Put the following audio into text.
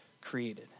created